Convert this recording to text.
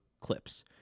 clips